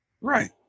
Right